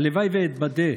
הלוואי שאתבדה,